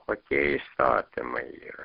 kokie įstatymai yra